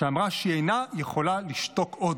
שאמרה שהיא אינה יכולה לשתוק עוד.